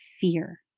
fear